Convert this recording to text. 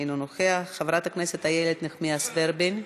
אינו נוכח, חברת הכנסת איילת נחמיאס ורבין,